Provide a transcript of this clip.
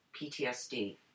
PTSD